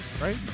right